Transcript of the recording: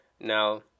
Now